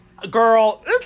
Girl